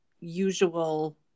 usual